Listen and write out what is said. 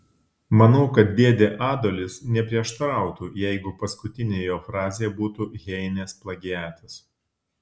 manau kad dėdė adolis neprieštarautų jeigu paskutinė jo frazė būtų heinės plagiatas